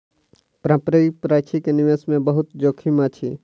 पारस्परिक प्राशि के निवेश मे बहुत जोखिम अछि